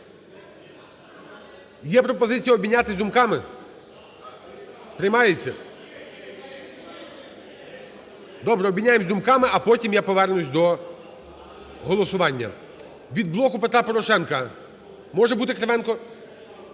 Є пропозиція обмінятись думками? Приймається? Добре, обміняємось думками, а потім я повернусь до голосування. Від "Блоку Петра Порошенка" може бути Кривенко?